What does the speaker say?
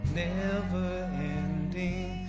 never-ending